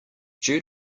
due